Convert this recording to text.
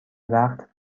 وقت